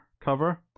cover